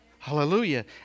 Hallelujah